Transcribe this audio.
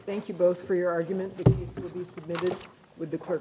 thank you both for your argument with the court